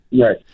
Right